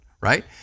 right